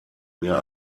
mehr